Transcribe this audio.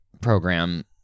program